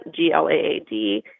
GLAAD